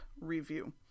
review